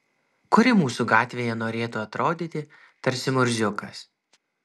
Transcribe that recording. kuri mūsų gatvėje norėtų atrodyti tarsi murziukas